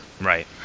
Right